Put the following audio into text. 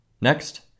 Next